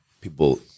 people